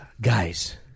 Guys